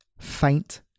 faint